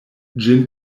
ĝin